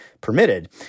permitted